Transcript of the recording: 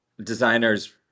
designers